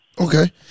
Okay